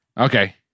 Okay